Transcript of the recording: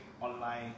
online